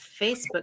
Facebook